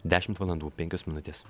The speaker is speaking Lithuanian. dešimt valandų penkios minutės